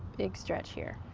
big stretch here.